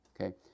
okay